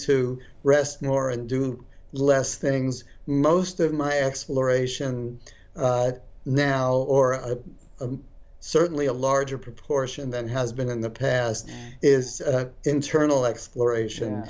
to rest more and do less things most of my exploration now or a certainly a larger proportion than has been in the past is internal exploration